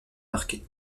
marquées